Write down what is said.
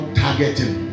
targeting